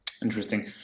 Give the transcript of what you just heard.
Interesting